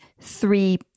three